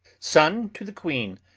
son to the queen,